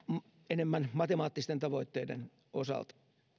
enemmän matemaattisten tavoitteiden osalta